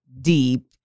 deep